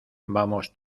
vamos